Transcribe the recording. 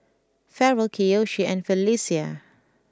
Ferrell Kiyoshi and Felecia